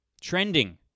Trending